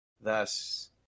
Thus